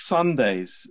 Sundays